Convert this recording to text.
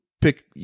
pick